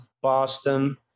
Boston